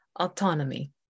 Autonomy